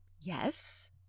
Yes